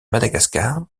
madagascar